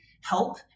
help